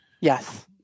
Yes